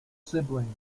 siblings